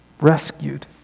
rescued